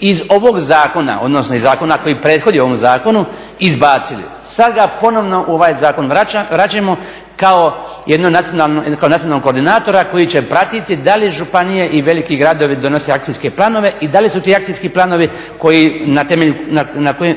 iz ovog zakona, odnosno iz zakona koji prethodi ovom zakonu izbacili. Sad ga ponovno u ovaj zakon vraćamo kao nacionalnog koordinatora koji će pratiti da li županije i veliki gradovi donose akcijske planove i da li su ti akcijski planovi